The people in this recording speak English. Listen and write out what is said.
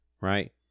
Right